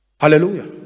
Hallelujah